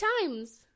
times